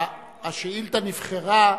השאילתא נבחרה,